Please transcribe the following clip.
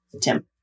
Tim